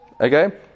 Okay